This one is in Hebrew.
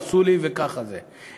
או "עשו לי" וככה זה,